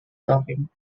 talking